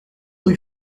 rue